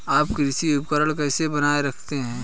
आप कृषि उपकरण कैसे बनाए रखते हैं?